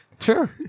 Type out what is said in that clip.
Sure